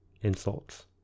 insults